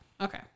Okay